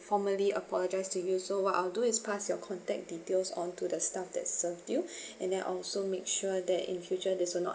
formally apologize to you so what I'll do is pass your contact details onto the stuff that serve you and then also make sure that in the future this will not